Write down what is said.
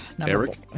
Eric